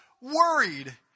worried